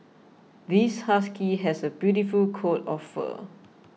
this husky has a beautiful coat of fur